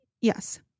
Yes